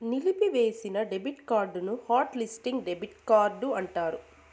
నిలిపివేసిన డెబిట్ కార్డుని hot listing debit card అంటారు